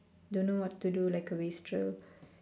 don't know what to do like a wastrel